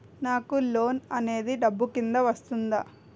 నాకు లోన్ అనేది డబ్బు కిందా వస్తుందా?